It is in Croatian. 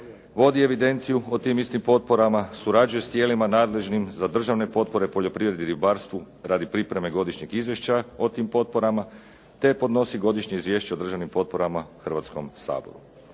vodi evidenciju o tim istim potporama, surađuje s tijelima nadležnim za državne potpore u poljoprivredi i ribarstvu radi pripreme godišnjeg izvješća o tim potporama te podnosi godišnje izvješće o državnim potporama Hrvatskom saboru.